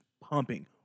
pumping